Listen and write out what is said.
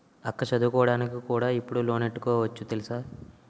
అక్కా చదువుకోడానికి కూడా ఇప్పుడు లోనెట్టుకోవచ్చు తెలుసా?